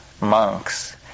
monks